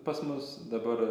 pas mus dabar